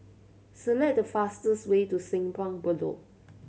select the fastest way to Simpang Bedok